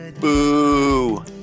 Boo